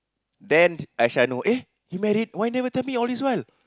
then Aisyah know eh you married why never tell me all these while